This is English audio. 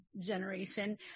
generation